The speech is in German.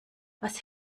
was